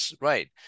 right